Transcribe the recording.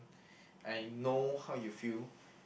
I know how you feel